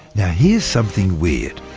now here's something weird.